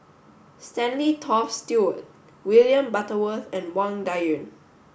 Stanley Toft Stewart William Butterworth and Wang Dayuan